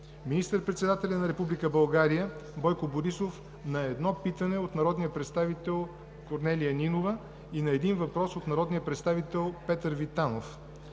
министър-председателят на Република България Бойко Борисов – на едно питане от народния представител Корнелия Нинова, и на един въпрос от народния представител Петър Витанов;